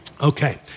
Okay